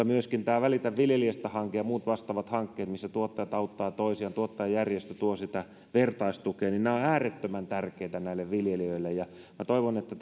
myöskin välitä viljelijästä hanke ja muut vastaavat hankkeet missä tuottajat auttavat toisiaan tuottajajärjestö tuo vertaistukea ovat äärettömän tärkeitä näille viljelijöille minä toivon että